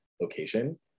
location